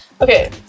Okay